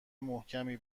محکمی